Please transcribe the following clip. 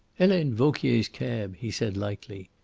helene vauquier's cab, he said lightly.